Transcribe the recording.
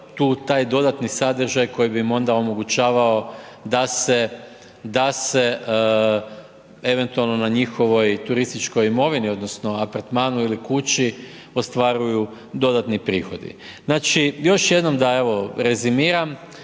tu, taj dodatni sadržaj koji bi im onda omogućavao da se eventualno na njihovoj turističkoj imovini, odnosno apartmanu ili kući ostvaruju dodatni prihodi. Znači još jednom da evo rezimiram,